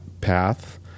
path